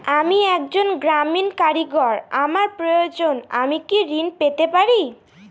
আমি একজন গ্রামীণ কারিগর আমার প্রয়োজনৃ আমি কি ঋণ পেতে পারি?